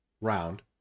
round